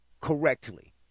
correctly